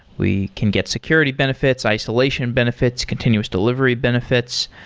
we can get security benefits, isolation benefits, continuous delivery benefits.